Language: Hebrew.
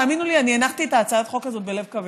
תאמינו לי, הנחתי את הצעת החוק הזה בלב כבד,